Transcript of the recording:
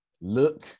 look